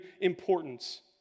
importance